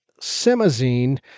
simazine